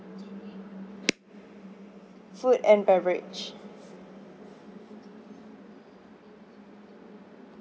food and beverage